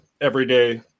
everyday